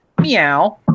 Meow